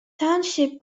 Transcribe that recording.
township